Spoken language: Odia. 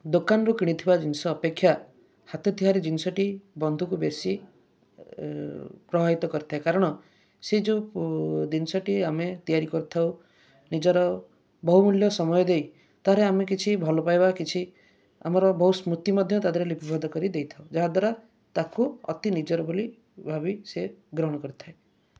ଦୋକାନରୁ କିଣିଥିବା ଜିନିଷ ଅପେକ୍ଷା ହାତ ତିଆରି ଜିନିଷଟି ବନ୍ଧୁକୁ ବେଶୀ ପ୍ରଭାବିତ କରିଥାଏ କାରଣ ସେ ଯେଉଁ ଜିନିଷଟି ଆମେ ତିଆରି କରିଥାଉ ନିଜର ବହୁ ମୂଲ୍ୟ ସମୟ ଦେଇ ତା'ର ଆମେ କିଛି ଭଲ ପାଇବା କିଛି ଆମର ସ୍ମୃତି ମଧ୍ୟ ତା' ଦେହରେ ଆମେ ଲିପିବଦ୍ଧ କରି ଦେଇଥାଉ ଯାହା ଦ୍ୱାରା ତାକୁ ଅତି ନିଜର ବୋଲି ଭାବି ସେ ଗ୍ରହଣ କରିଥାଏ